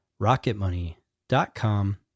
rocketmoney.com